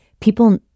people